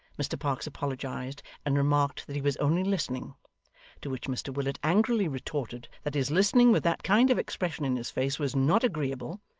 mr parkes apologised, and remarked that he was only listening to which mr willet angrily retorted, that his listening with that kind of expression in his face was not agreeable,